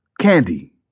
Candy